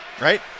right